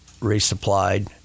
resupplied